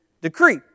decree